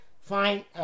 fine